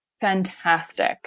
Fantastic